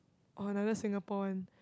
orh another Singapore one